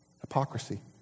hypocrisy